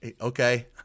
Okay